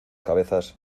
cabezas